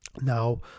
now